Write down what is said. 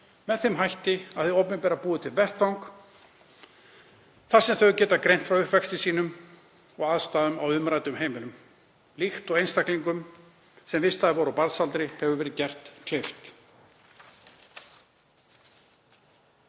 með þeim hætti að hið opinbera búi til vettvang þar sem þau geta greint frá uppvexti sínum og aðstæðum á umræddum heimilum, líkt og einstaklingum sem vistaðir voru á barnsaldri hefur verið gert kleift.“